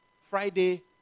Friday